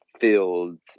fields